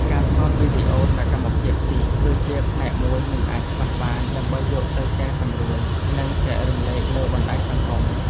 ការថតវីដេអូសកម្មភាពជិះ គឺជាផ្នែកមួយមិនអាចខ្វះបាន ដើម្បីយកទៅកែសម្រួល និងចែករំលែកលើបណ្ដាញសង្គម។